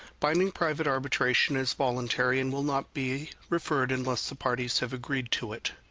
binding private arbitration is voluntary, and will not be referred unless the parties have agreed to it.